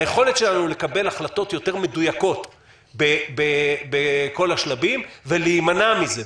היכולת שלנו לקבל החלטות יותר מדויקות בכל השלבים ולהימנע מזה,